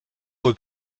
wohl